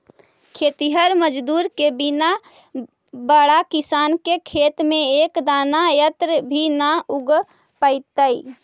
खेतिहर मजदूर के बिना बड़ा किसान के खेत में एक दाना अन्न भी न उग पइतइ